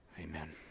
Amen